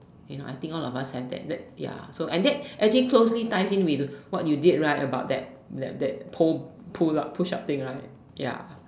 you know I think all of us have that that ya so and that actually closely ties in with what you did right about that that that pole pull up push up thing ya